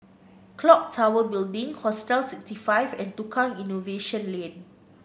clock Tower Building Hostel sixty five and Tukang Innovation Lane